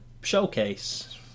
showcase